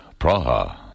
Praha